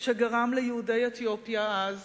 שגרם ליהודי אתיופיה אז